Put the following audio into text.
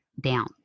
down